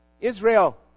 Israel